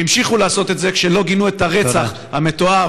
והמשיכו לעשות את זה כשלא גינו את הרצח המתועב,